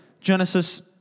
Genesis